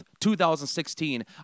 2016